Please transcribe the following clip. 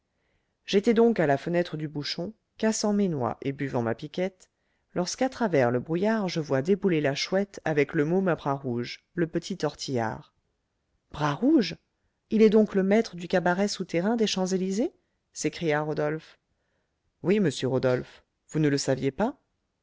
j'étais donc à la fenêtre du bouchon cassant mes noix et buvant ma piquette lorsqu'à travers le brouillard je vois débouler la chouette avec le môme à bras rouge le petit tortillard bras rouge il est donc le maître du cabaret souterrain des champs-élysées s'écria rodolphe oui monsieur rodolphe vous ne le saviez pas